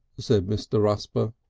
said mr. rusper.